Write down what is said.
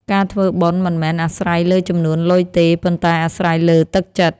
ការធ្វើបុណ្យមិនមែនអាស្រ័យលើចំនួនលុយទេ ប៉ុន្តែអាស្រ័យលើទឹកចិត្ត។